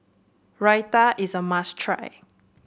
Raita is a must try